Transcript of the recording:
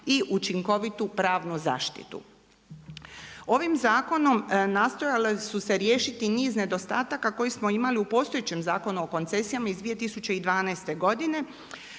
i učinkovitu pravnu zaštitu. Ovim zakonom nastojale su se riješiti niz nedostataka koje smo imali u postojećem Zakonu o koncesijama iz 2012. godine.